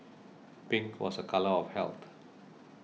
pink was a colour of health